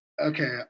okay